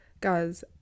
Guys